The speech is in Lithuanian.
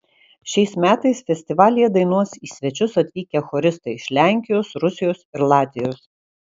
šiais metais festivalyje dainuos į svečius atvykę choristai iš lenkijos rusijos ir latvijos